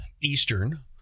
Eastern